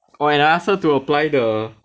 oh I ask her to apply the